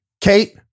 Kate